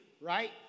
right